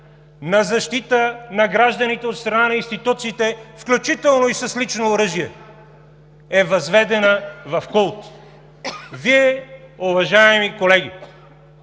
на защита на гражданите от страна на институциите, включително и с лично оръжие, е възведена в култ. Вие, уважаеми колеги,